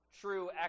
true